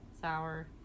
Sour